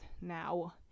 now